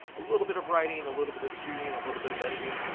a little bit of writing, a little bit of shooting, a little bit of editing,